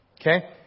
Okay